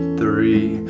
three